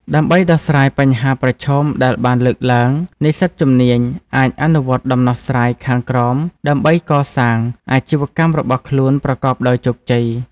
ដើម្បីដោះស្រាយបញ្ហាប្រឈមដែលបានលើកឡើង និស្សិតជំនាញអាចអនុវត្តដំណោះស្រាយខាងក្រោមដើម្បីកសាងអាជីវកម្មរបស់ខ្លួនប្រកបដោយជោគជ័យ។